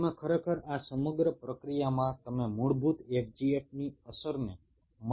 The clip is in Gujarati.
તમે ખરેખર આ સમગ્ર પ્રક્રિયામાં તમે મૂળભૂત FGF ની અસરને મંદ કરી દીધી છે